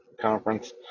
conference